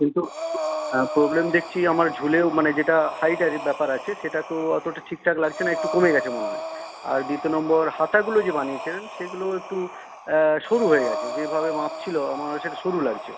কিন্তু হ্যাঁ প্রবলেম দেখছি আমার ঝুলেও মানে যেটা হাইটের ব্যাপার আছে সেটা তো অতটা ঠিকঠাক লাগছে না একটু কমে গেছে মনে হয় আর দ্বিতীয় নম্বর হাতাগুলো যে বানিয়েছেন সেগুলো একটু সরু হয়ে গেছে যেভাবে মাপছিলো আমার সেটা সরু লাগছে